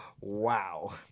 Wow